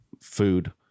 food